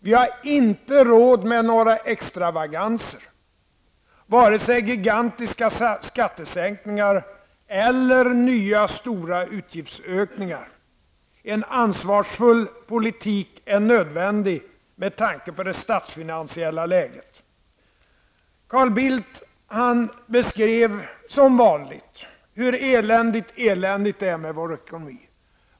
Vi har inte råd med några extravaganser, varken gigantiska skattesänkningar eller nya stora utgiftsökningar. En ansvarsfull politik är nödvändig med tanke på det statsfinansiella läget. Carl Bildt beskrev, som vanligt, hur eländigt eländigt det är med vår ekonomi.